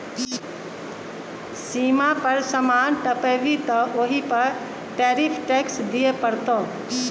सीमा पर समान टपेभी तँ ओहि पर टैरिफ टैक्स दिअ पड़तौ